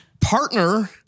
partner